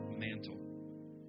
mantle